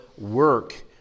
work